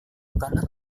bukanlah